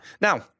Now